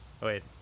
Wait